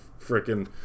freaking